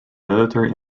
military